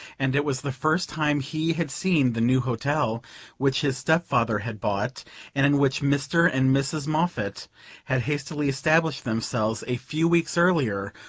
and it was the first time he had seen the new hotel which his step-father had bought, and in which mr. and mrs. moffatt had hastily established themselves, a few weeks earlier,